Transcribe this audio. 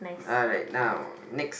alright now next